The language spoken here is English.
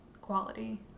quality